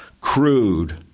Crude